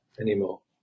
anymore